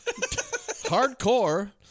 hardcore